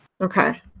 Okay